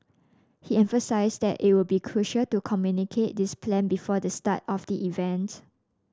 he emphasised that it would be crucial to communicate this plan before the start of the event